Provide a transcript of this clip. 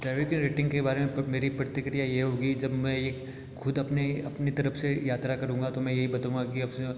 driver की rating के बारे में खुद मेरी प्रतिक्रिया यह होगी कि जब मैं यह खुद अपनी अपनी तरफ़ से यात्रा करूँगा तो मैं यह बताऊंगा कि अक्सर